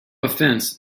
offense